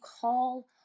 call